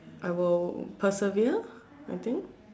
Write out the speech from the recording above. I will persevere I think